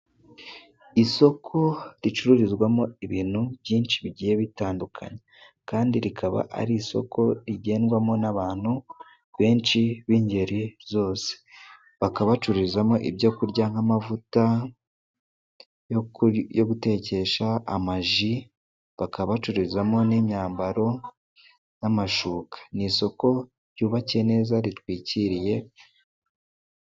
Isoko ricururizwamo ibintu byinshi bigiye bitandukanye, kandi rikaba ari isoko rigendwamo n'abantu benshi b'ingeri zose. bakaba bacururizamo ibyo kurya nk'amavuta yo gutekesha, amaji, bakaba bacururizamo n'imyambaro, n'amashuka. Ni isoko ryubatse neza ritwikiriye.